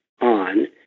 on